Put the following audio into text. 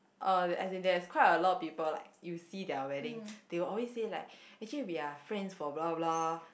uh as in there is a quite a lot of people like you see their wedding they will always say like actually we are friends for blah blah blah